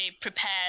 prepared